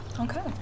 Okay